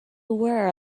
were